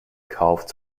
kauft